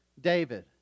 David